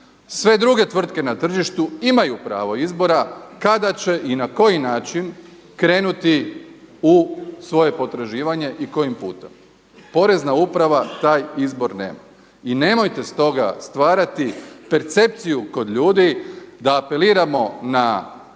Sve druge tvrtke na tržištu imaju pravo izbora kada će i na koji način krenuti u svoje potraživanje i kojim putem. Porezna uprava taj izbor nema. I nemojte stoga stvarati percepciju kod ljudi da apeliramo na